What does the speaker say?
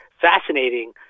fascinating